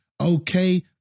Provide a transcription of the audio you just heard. Okay